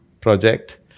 project